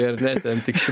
ar ne ten tik